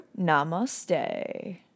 Namaste